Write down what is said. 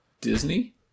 Disney